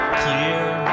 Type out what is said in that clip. clear